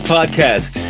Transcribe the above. Podcast